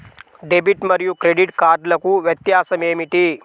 Debit మరియు credit కార్డ్లకు వ్యత్యాసమేమిటీ?